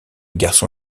garçon